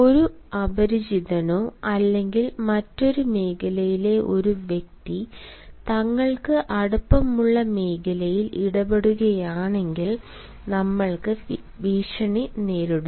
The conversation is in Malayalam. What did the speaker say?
ഒരു അപരിചിതനോ അല്ലെങ്കിൽ മറ്റൊരു മേഖലയിലെ ഒരു വ്യക്തി തങ്ങൾക്ക് അടുപ്പമുള്ള മേഖലയിൽ ഇടപെടുകയാണെങ്കിൽ ഞങ്ങൾക്ക് ഭീഷണി നേരിടുന്നു